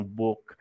book